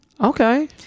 okay